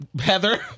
Heather